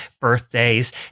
birthdays